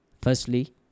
Firstly